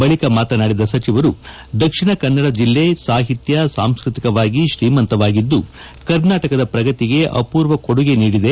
ಬಳಿಕ ಮಾತನಾಡಿದ ಸಚಿವರು ದಕ್ಷಿಣ ಕನ್ನಡ ಜಿಲ್ಲೆ ಸಾಹಿತ್ಯ ಸಾಂಸ್ಕತಿಕವಾಗಿ ತ್ರೀಮಂತವಾಗಿದ್ದು ಕರ್ನಾಟಕದ ಪ್ರಗತಿಗೆ ಅಮೂರ್ವ ಕೊಡುಗೆ ನೀಡಿದೆ